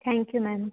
thank you ma'am